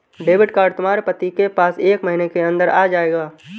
debit card तुम्हारे पति के पास एक महीने के अंदर आ जाएगा